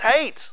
hate